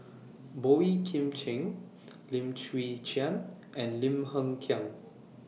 Boey Kim Cheng Lim Chwee Chian and Lim Hng Kiang